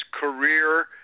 career